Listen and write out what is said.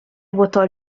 vuotò